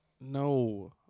No